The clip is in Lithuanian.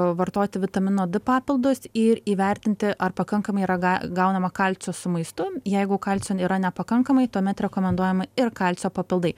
vartoti vitamino d papildus ir įvertinti ar pakankamai yra ga gaunama kalcio su maistu jeigu kalcio nėra nepakankamai tuomet rekomenduojami ir kalcio papildai